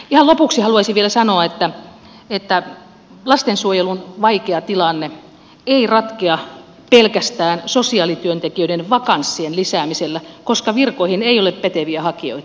ihan lopuksi haluaisin vielä sanoa että lastensuojelun vaikea tilanne ei ratkea pelkästään sosiaalityöntekijöiden vakanssien lisäämisellä koska virkoihin ei ole päteviä hakijoita